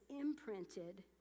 imprinted